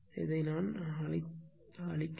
அதை அழிக்கிறேன்